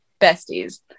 besties